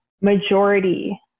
majority